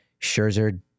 Scherzer